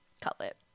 cutlet